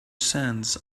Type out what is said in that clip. sands